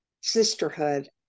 sisterhood